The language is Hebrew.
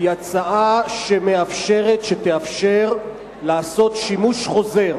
היא הצעה שמאפשרת, שתאפשר, לעשות שימוש חוזר